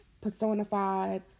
personified